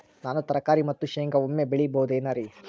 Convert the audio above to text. ನಾನು ತರಕಾರಿ ಮತ್ತು ಶೇಂಗಾ ಒಮ್ಮೆ ಬೆಳಿ ಬಹುದೆನರಿ?